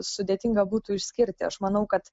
sudėtinga būtų išskirti aš manau kad